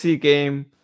game